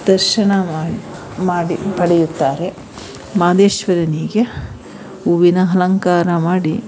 ದರ್ಶನ ಮಾಡಿ ಮಾಡಿ ಪಡೆಯುತ್ತಾರೆ ಮಹದೇಶ್ವರನಿಗೆ ಹೂವಿನ ಅಲಂಕಾರ ಮಾಡಿ